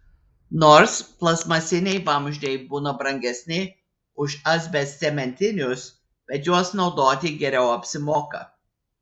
nors plastmasiniai vamzdžiai būna brangesni už asbestcementinius bet juos naudoti geriau apsimoka